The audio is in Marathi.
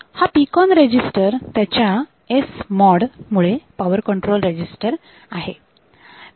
हा PCON रेजिस्टर त्याच्या SMOD मुळे पॉवर कंट्रोल रेजीस्टर आहे